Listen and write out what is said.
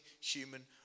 human